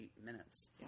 minutes